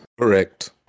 Correct